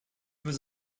was